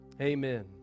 amen